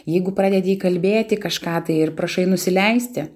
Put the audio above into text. jeigu pradedi įkalbėti kažką tai ir prašai nusileisti